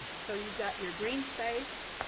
so you've got your green space,